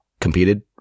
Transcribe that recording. competed